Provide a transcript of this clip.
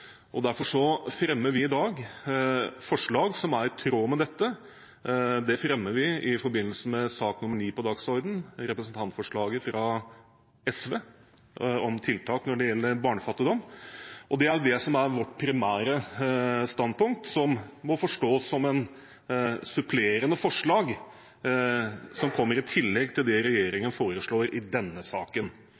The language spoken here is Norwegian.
Derfor fremmer vi i dag forslag som er i tråd med dette. Det fremmer vi i forbindelse med sak nr. 9 på dagsordenen – representantforslaget fra SV om tiltak når det gjelder barnefattigdom. Det er det som er vårt primære standpunkt, som må forstås som et supplerende forslag som kommer i tillegg til det regjeringen foreslår i denne saken.